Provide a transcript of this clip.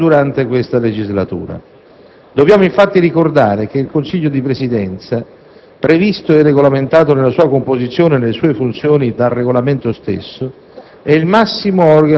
che è emersa durante questa legislatura. Dobbiamo infatti ricordare che il Consiglio di Presidenza, previsto e regolamentato nella sua composizione e nelle sue funzioni dal Regolamento stesso,